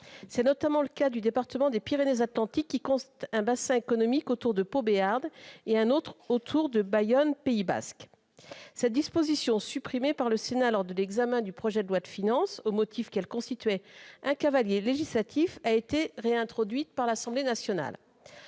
C'est notamment le cas du département des Pyrénées-Atlantiques, qui compte un bassin économique autour de Pau-Béarn et un autre autour de Bayonne-Pays basque. Cette disposition, supprimée par le Sénat lors de l'examen du projet de loi de finances pour 2019 au motif qu'elle constituait un cavalier législatif, a été réintroduite à l'Assemblée nationale.